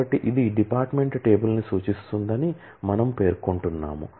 కాబట్టి ఇది department table ను సూచిస్తుందని మనము పేర్కొంటున్నాము